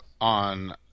on –